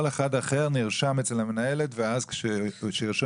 כל אחד אחר נרשם אצל המנהלת ואז שירשום